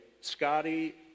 Scotty